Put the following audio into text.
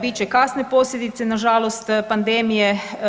Bit će kasne posljedice na žalost pandemije.